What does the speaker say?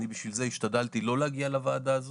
בשביל זה השתדלתי לא להגיע לוועדה הזו,